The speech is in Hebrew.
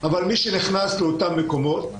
אבל מי שנכנס לאותם מקומות,